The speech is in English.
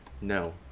No